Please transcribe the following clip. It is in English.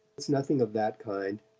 it's nothing of that kind.